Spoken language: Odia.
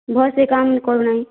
ଭଲସେ କାମ୍ କରୁନାଇଁ